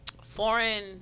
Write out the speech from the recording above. foreign